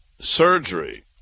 surgery